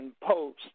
Post